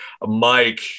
Mike